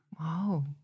wow